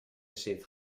zit